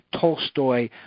Tolstoy